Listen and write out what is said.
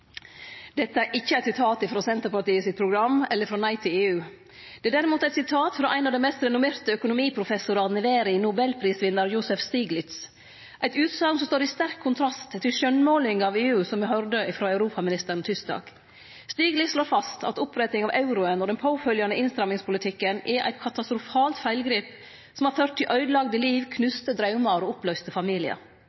Dette er ikkje eit sitat frå Senterpartiet sitt program eller frå Nei til EU. Det er derimot ei utsegn frå ein av dei mest renommerte økonomiprofessorane i verda, nobelprisvinnaren Joseph Stiglitz – ei utsegn som står i sterk kontrast til den skjønnmålinga av EU som me høyrde frå europaministeren tysdag. Stiglitz slår fast at oppretting av euroen og den påfølgjande innstrammingspolitikken er eit katastrofalt feilgrep som har ført til øydelagde liv,